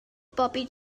bobi